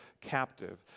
captive